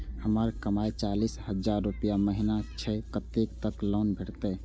हमर कमाय चालीस हजार रूपया महिना छै कतैक तक लोन भेटते?